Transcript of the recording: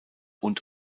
und